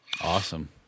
Awesome